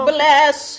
Bless